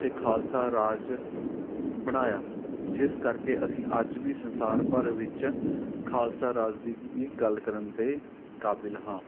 ਅਤੇ ਖਾਲਸਾ ਰਾਜ ਬਣਾਇਆ ਜਿਸ ਕਰਕੇ ਅਸੀਂ ਅੱਜ ਵੀ ਸੰਸਾਰ ਭਰ ਵਿੱਚ ਖਾਲਸਾ ਰਾਜ ਦੀ ਗੱਲ ਕਰਨ ਦੇ ਕਾਬਿਲ ਹਾਂ